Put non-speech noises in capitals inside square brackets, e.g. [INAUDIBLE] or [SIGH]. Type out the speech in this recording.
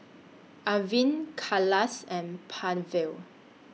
Arvind Kailash and [UNINTELLIGIBLE]